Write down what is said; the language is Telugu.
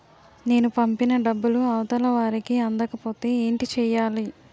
నేను పంపిన డబ్బులు అవతల వారికి అందకపోతే ఏంటి చెయ్యాలి?